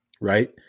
right